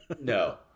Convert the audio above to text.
No